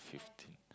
fifteen